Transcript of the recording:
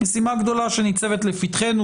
משימה גדולה שניצבת לפתחנו,